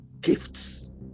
gifts